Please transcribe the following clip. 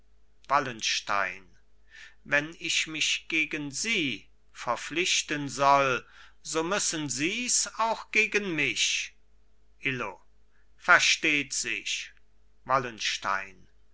wallenstein wenn ich mich gegen sie verpflichten soll so müssen sies auch gegen mich illo versteht sich wallenstein